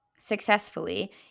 successfully